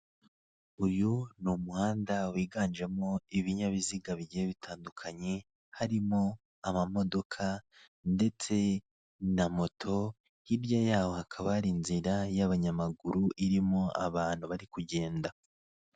Uyu ni umuhanda wiganjemo ibinyabiziga bigiye bitandukanye, harimo amamodoka ndetse na moto, hirya yaho hakaba hari inzira y'abanyamaguru irimo abantu bari kugenda.